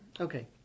Okay